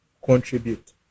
Contribute